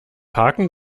parken